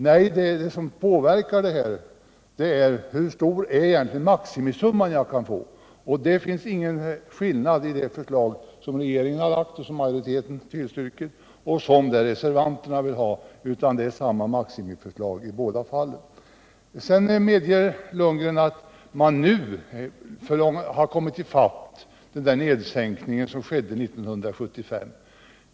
Nej, det som påverkar här är hur stor maximisumma man kan få. Och där finns det ingen skillnad mellan det förslag som regeringen lagt och som majoriteten tillstyrkt och det förslag som reservanterna förordar. Det är samma maximibelopp i båda fallen. Bo Lundgren medger sedan att man nu kommit i fatt den sänkning som skedde 1975.